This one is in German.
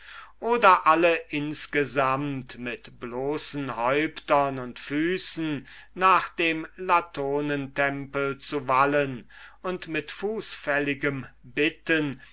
oder alle insgesamt mit bloßen häuptern und füßen nach dem latonentempel zu wallen und mit fußfälligem bitten